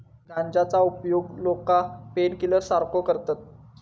गांजाचो उपयोग लोका पेनकिलर सारखो करतत